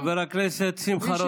חבר הכנסת שמחה רוטמן,